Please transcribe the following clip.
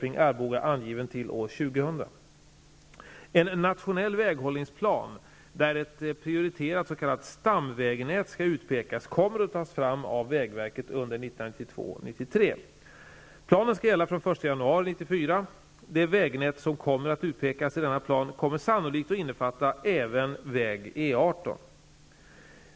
I En nationell väghållningsplan, där ett prioriterat s.k. stamvägnät skall utpekas, kommer att tas fram av vägverket under 1992--1993. Planen skall gälla från den 1 januari 1994. Det vägnät som kommer att utpekas i denna plan kommer sannolikt att innefatta även väg E 18.